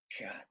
God